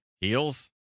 heels